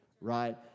Right